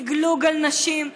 ללגלוג על נשים,